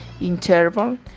interval